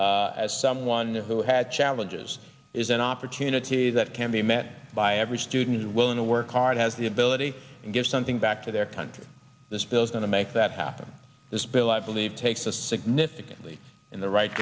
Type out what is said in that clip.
have as someone who had challenges is an opportunity that can be met by every student is willing to work hard has the ability to give something back to their country this bill is going to make that happen this bill i believe takes us significantly in the right